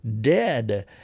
dead